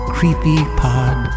CreepyPod